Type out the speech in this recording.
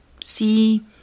see